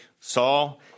Saul